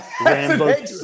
Rambo